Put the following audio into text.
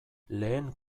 lehen